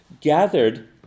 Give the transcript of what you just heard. gathered